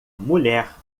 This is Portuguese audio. mulher